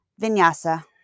vinyasa